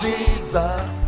Jesus